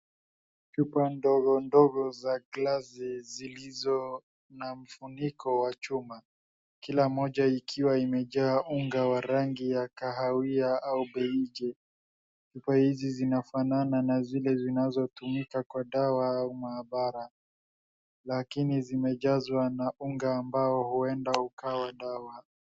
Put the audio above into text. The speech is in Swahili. Chupa ndogo ndogo za glasi zilizo na mfuniko wa chuma, kila mmoja ikiwa imejaa unga wa rangi ya kahawia au beige . Chupa hizi zinafanana na zile zinazotumika kwa dawa au maabara, lakini zimejazwa na unga ambao huenda ukawa dawa.